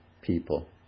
people